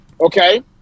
Okay